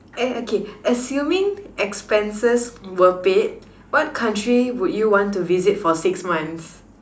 hmm oh okay assuming expenses were paid what country would you want to visit for six months